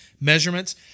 measurements